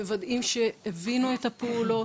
מוודאים שהבינו את הפעולות,